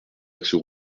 axes